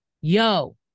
yo